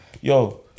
yo